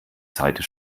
seite